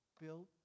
built